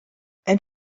and